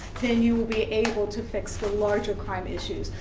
then you will be able to fix the larger crime issues.